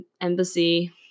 embassy